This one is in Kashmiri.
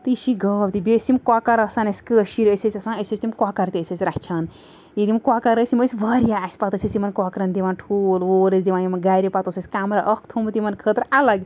تہٕ یہِ چھِ یہِ گاو تہِ بیٚیہِ ٲسۍ یِم کۄکَر آسان اسہِ کٲشِرۍ ٲسۍ اسہِ آسان أسۍ ٲسۍ تِم کۄکَر تہِ ٲسۍ أسۍ رچھان ییٚلہِ یِم کۄکَر ٲسۍ یِم ٲسۍ واریاہ اسہِ پَتہٕ ٲسۍ أسۍ یِمَن کۄکَرَن دِوان ٹھوٗل ووٗل ٲسۍ دِوان یِم گھرِ پَتہٕ اوس اسہِ کَمرٕ اَکھ تھومُت یِمَن خٲطرٕ الگ